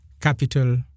capital